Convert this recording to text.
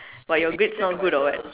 what your grades not good or what